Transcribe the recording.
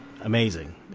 amazing